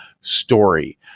story